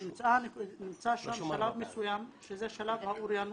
נמצא שם שלב מסוים שזה שלב האוריינות.